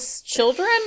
children